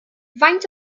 faint